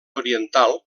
oriental